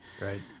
Right